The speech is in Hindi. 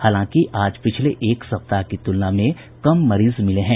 हालांकि आज पिछले एक सप्ताह की तुलना में कम मरीज मिले हैं